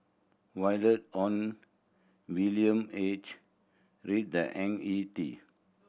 Violet Oon William H Read the Ang Ee Tee